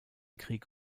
krieg